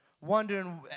wondering